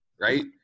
right